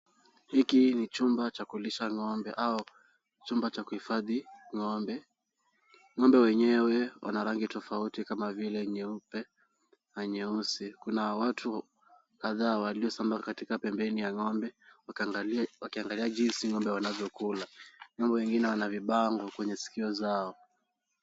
Hiki ni chumba cha kulisha ng'ombe au chumba cha kuhifadhi ng'ombe. Ng'ombe wenyewe wana rangi tofauti kama vile nyeupe na nyeusi. Kuna watu kadhaa waliosimama katika pembeni ya ng'ombe, wakiangalia jinsi ng'ombe wanavyokula. Ng'ombe wengine wana vibango kwenye sikio zao.